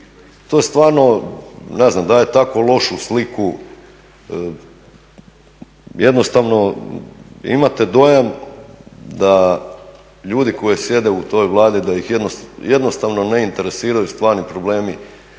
To je stvarno, daje tako lošu sliku jednostavno imate dojam da ljudi koji sjede u toj Vladi da ih jednostavno ne interesiraju stvarni problemi